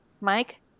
Mike